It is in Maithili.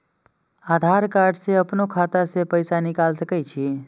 आधार कार्ड से अपनो खाता से पैसा निकाल सके छी?